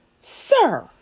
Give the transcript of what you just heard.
sir